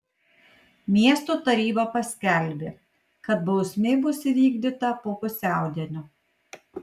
miesto taryba paskelbė kad bausmė bus įvykdyta po pusiaudienio